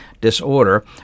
disorder